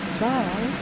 Bye